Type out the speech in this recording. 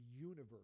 universe